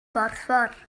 borffor